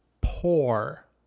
poor